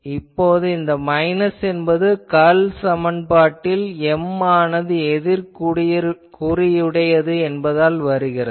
இப்போது இந்த மைனஸ் என்பது கர்ல் சமன்பாட்டில் M ஆனது எதிர்குறியுடையது என்பதால் வருகிறது